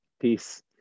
peace